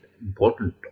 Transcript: important